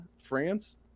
France